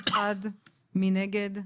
מי נגד?